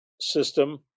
system